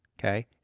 okay